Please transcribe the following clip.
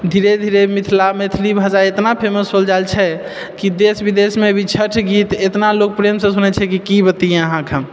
धीरे धीरे मिथिला मैथिली भाषा एतना फेमस होल जाइत छै कि देश विदेशमे भी छठ गीत एतना लोक प्रेमसँ सुनैत छै कि की बतैऐ अहाँकेँ हम